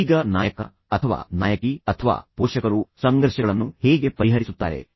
ಈಗ ನಾಯಕ ನಾಯಕ ಅಥವಾ ನಾಯಕಿ ಅಥವಾ ಪೋಷಕರು ಸಂಘರ್ಷಗಳನ್ನು ಹೇಗೆ ಪರಿಹರಿಸುತ್ತಾರೆ